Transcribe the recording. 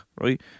Right